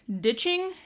ditching